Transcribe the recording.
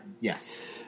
Yes